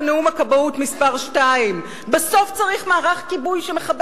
ונאום הכבאות מס' 2. בסוף צריך מערך כיבוי שמכבה